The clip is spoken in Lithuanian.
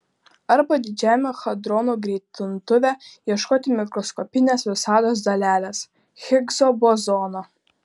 arba didžiajame hadronų greitintuve ieškoti mikroskopinės visatos dalelės higso bozono